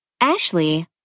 Ashley